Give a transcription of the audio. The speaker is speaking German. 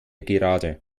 gerade